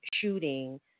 shooting